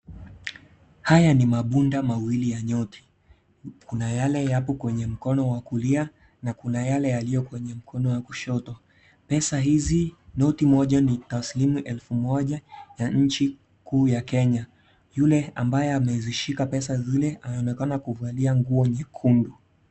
Haya ni mabunda mawili ya noti. Kuna yale yapo kwenye mkono wa kulia na kuna yale yaliyo kwenye mkono wa kushoto. Pesa hizi, noti moja ni taslimu elfu moja ya nchi kuu ya Kenya. Yule ambaye amezishika pesa zile, anaonekana kuvalia nguo nyekundu.